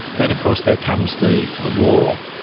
then of course there comes the the war,